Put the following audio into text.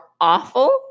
awful